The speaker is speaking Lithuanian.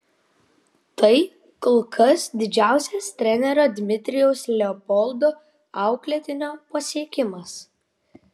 tai kol kas didžiausias trenerio dmitrijaus leopoldo auklėtinio pasiekimas